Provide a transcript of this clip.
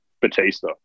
Batista